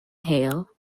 hale